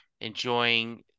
enjoying